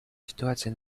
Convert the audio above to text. ситуация